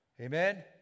Amen